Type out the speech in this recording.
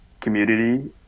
community